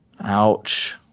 Ouch